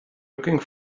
looking